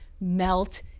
melt